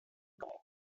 golf